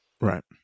Right